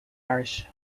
parish